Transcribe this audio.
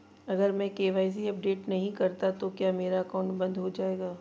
अगर मैं KYC update नहीं करता तो क्या मेरा अकाउंट बंद हो जाएगा?